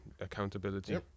accountability